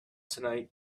tonight